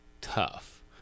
tough